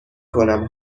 کنم